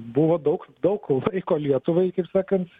buvo daug daug laiko lietuvai kaip sakant